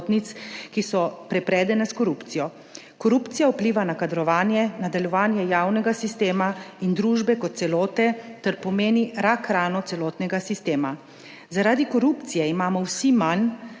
ki so prepredene s korupcijo, korupcija vpliva na kadrovanje, na delovanje javnega sistema in družbe kot celote ter pomeni rak rano celotnega sistema. Zaradi korupcije imamo vsi manj,